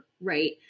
Right